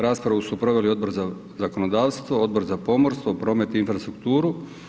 Raspravu su proveli Odbor za zakonodavstvo, Odbor za pomorstvo, promet i infrastrukturu.